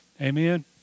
Amen